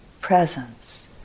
presence